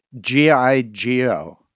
GIGO